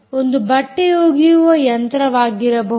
ಒಂದು ಬಟ್ಟೆ ಒಗೆಯುವ ಯಂತ್ರವಾಗಿರಬಹುದು